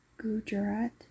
gujarat